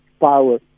power